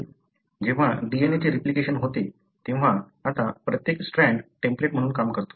जेव्हा DNA चे replication होते तेव्हा आता प्रत्येक स्ट्रँड टेम्पलेट म्हणून काम करतो